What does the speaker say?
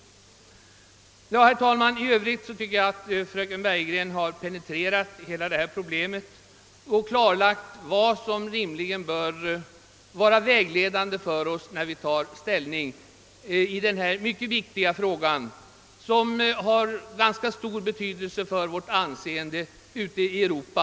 I övrigt tycker jag att fröken Bergegren noggrant har penetrerat hela detta problem och klarlagt vad som rimligen bör vara vägledande för oss när vi tar ställning i denna mycket viktiga fråga, som också har stor betydelse för vårt anseende ute i Europa.